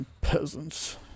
Peasants